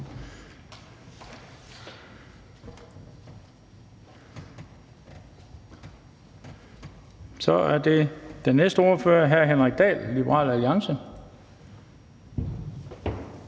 og den næste ordfører er hr. Henrik Dahl, Liberal Alliance.